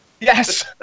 Yes